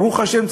ברוך השם,